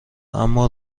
اما